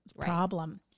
problem